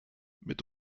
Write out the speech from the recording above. mit